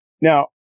Now